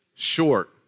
short